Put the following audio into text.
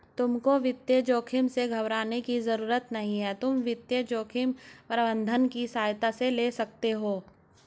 तुमको वित्तीय जोखिम से घबराने की जरूरत नहीं है, तुम वित्तीय जोखिम प्रबंधन की सहायता ले सकते हो